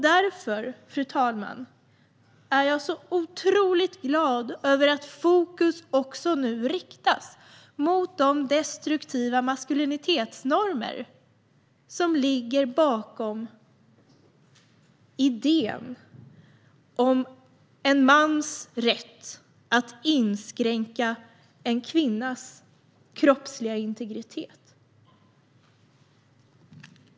Därför är jag otroligt glad över att fokus nu riktas mot de destruktiva maskulinitetsnormer som ligger bakom idén om en mans rätt att inskränka en kvinnas kroppsliga integritet.